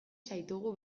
zaitugu